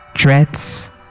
Threats